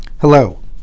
Hello